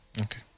Okay